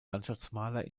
landschaftsmaler